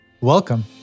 Welcome